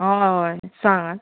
हय हय सांगात